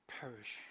perish